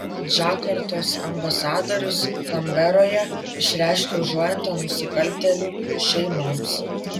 džakartos ambasadorius kanberoje išreiškė užuojautą nusikaltėlių šeimoms